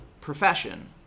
profession